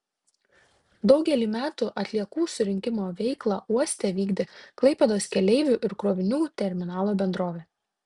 daugelį metų atliekų surinkimo veiklą uoste vykdė klaipėdos keleivių ir krovinių terminalo bendrovė